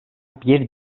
bir